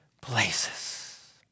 places